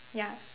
ya